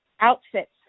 outfits